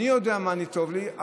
אני יודע מה טוב לי,